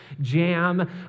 jam